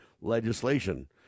legislation